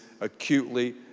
acutely